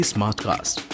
Smartcast।